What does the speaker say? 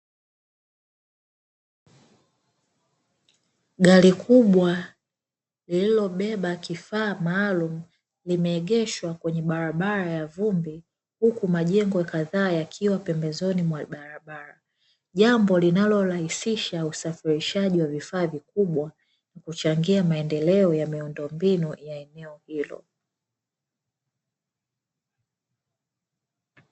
Gari kubwa lililobeba kifaa maalumu limeegeshwa kwenye barabara ya vumbi huku majengo kadhaa yakiwa pembezoni mwa barabara jambo linalo rahisisha usafirishaji wa vifaa vikubwa huchangia maendeleo ya miundombinu ya eneo hilo.